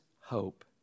hope